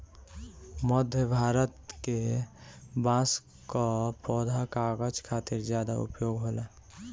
मध्य भारत के बांस कअ पौधा कागज खातिर ज्यादा उपयोग होला